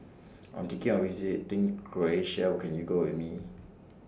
I'm thinking of visiting Croatia Can YOU Go with Me